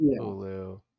Hulu